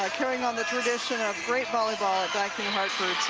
carrying on the tradition of great volleyball at dyke new hartford